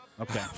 Okay